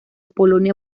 polonia